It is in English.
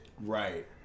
Right